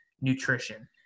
nutrition